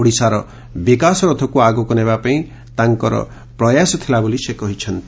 ଓଡିଶାର ବିକାଶ ରଥକୁ ଆଗକୁ ନେବା ପାଇଁ ତାଙ୍କର ତେର ପ୍ରୟାସ ଥିଲା ବୋଲି ସେ କହିଛନ୍ତି